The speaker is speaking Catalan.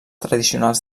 tradicionals